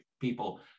people